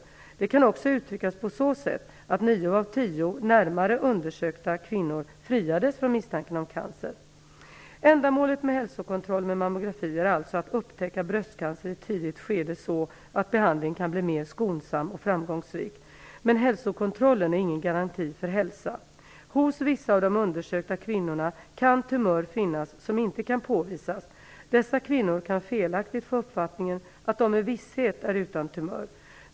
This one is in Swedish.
Detta kan också uttryckas på så sätt att nio av tio närmare undersökta kvinnor friades från misstanken om cancer. Ändamålet med hälsokontroller med mammografi är alltså att upptäcka bröstcancer i tidigt skede så att behandlingen kan bli mer skonsam och framgångsrik. Men hälsokontrollen är ingen garanti för hälsa. Hos vissa av de undersökta kvinnorna kan tumör finnas som inte kan påvisas. Dessa kvinnor kan felaktigt få uppfattningen att de med visshet är utan tumör.